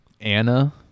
Anna